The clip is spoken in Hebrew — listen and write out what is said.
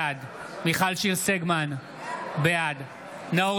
בעד מיכל שיר סגמן, בעד נאור